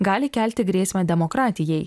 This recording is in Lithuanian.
gali kelti grėsmę demokratijai